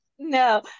no